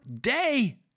day